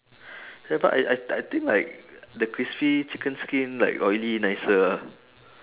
ya but I I I think like the crispy chicken skin like oily nicer ah